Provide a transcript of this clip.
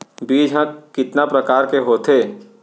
बीज ह कितने प्रकार के होथे?